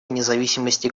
независимости